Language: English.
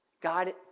God